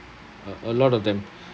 uh a lot of them